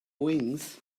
wings